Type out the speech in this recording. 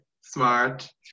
Smart